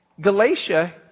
Galatia